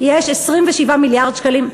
יש 27 מיליארד שקלים.